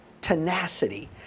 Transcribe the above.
tenacity